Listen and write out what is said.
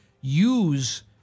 use